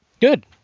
Good